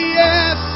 yes